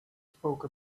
spoke